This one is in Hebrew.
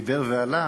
דיבר והלך,